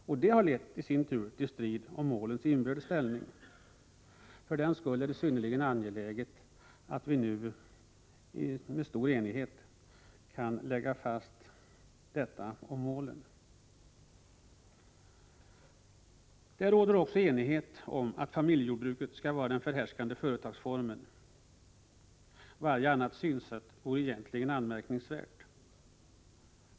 För den skull är det synnerligen angeläget att vi nu i stor enighet kan lägga fast dessa mål. Det råder också enighet om att familjejordbruket skall vara den förhärskande företagsformen. Varje annat synsätt vore anmärkningsvärt.